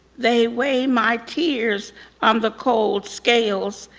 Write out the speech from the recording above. they weigh my tears on the cold scales.